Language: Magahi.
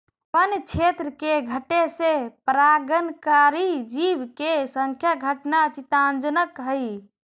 वन्य क्षेत्र के घटे से परागणकारी जीव के संख्या घटना चिंताजनक हइ